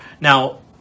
Now